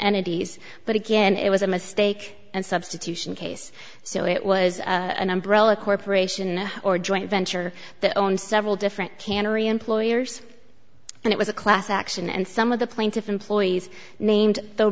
entities but again it was a mistake and substitution case so it was an umbrella corporation or joint venture that owns several different cannery employers and it was a class action and some of the plaintiff employees named the